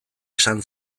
esan